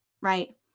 right